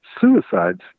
suicides